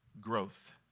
growth